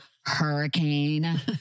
hurricane